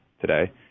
today